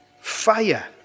Fire